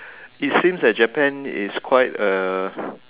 it seems that Japan is quite a